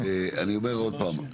אני אומר עוד פעם,